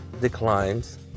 declines